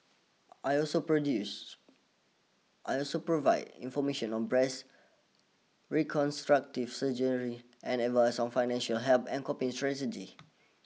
I also produces I also provide information on breast reconstructive surgery and advice on financial help and coping strategies